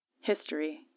History